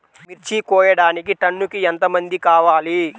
మిర్చి కోయడానికి టన్నుకి ఎంత మంది కావాలి?